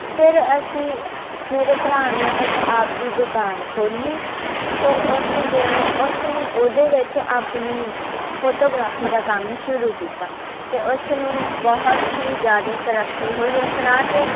ਫਿਰ ਅਸੀਂ ਮੇਰੇ ਭਰਾ ਨੇ ਇੱਕ ਆਪਣੀ ਦੁਕਾਨ ਖੋਲੀ ਫਿਰ ਉਸਦੇ ਉਸ ਨੇ ਉਹਦੇ ਵਿੱਚ ਆਪਣੀ ਫੋਟੋਗ੍ਰਾਫੀ ਦਾ ਕੰਮ ਸ਼ੁਰੂ ਕੀਤਾ ਅਤੇ ਉਸ ਨੂੰ ਬਹੁਤ ਹੀ ਜ਼ਿਆਦਾ ਤਰੱਕੀ ਹੋਈ ਇਸ ਰਾਹ 'ਤੇ